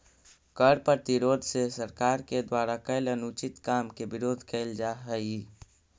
कर प्रतिरोध से सरकार के द्वारा कैल अनुचित काम के विरोध कैल जा हई